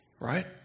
right